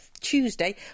Tuesday